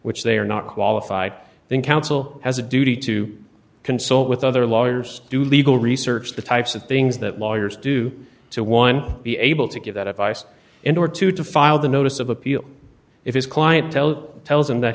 which they are not qualified then counsel has a duty to consult with other lawyers do legal research the types of things that lawyers do to one be able to give that advice in order to to file the notice of appeal if his client tell tells him that